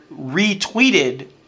retweeted